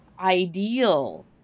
ideal